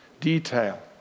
detail